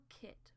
kit